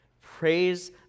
Praise